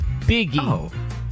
biggie